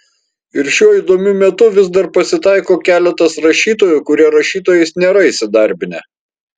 ir šiuo įdomiu metu vis dar pasitaiko keletas rašytojų kurie rašytojais nėra įsidarbinę